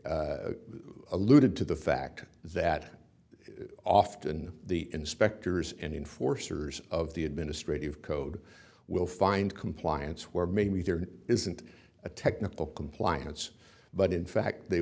alluded to the fact that often the inspectors and enforcers of the administrative code will find compliance where maybe there isn't a technical compliance but in fact they